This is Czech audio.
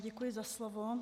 Děkuji za slovo.